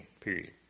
period